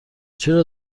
چرا